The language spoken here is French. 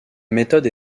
méthode